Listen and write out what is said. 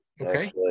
okay